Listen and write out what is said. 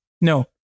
No